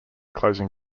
closing